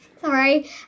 Sorry